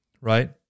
right